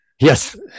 Yes